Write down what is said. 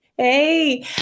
Hey